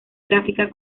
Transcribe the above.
gráfica